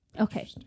Okay